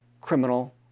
criminal